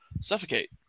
suffocate